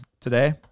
today